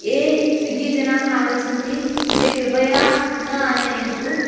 ये स्विग्गिजनाः आगच्छन्ति ते कृपया न आनयन्तु